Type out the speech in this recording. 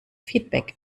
feedback